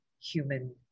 human